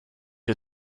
you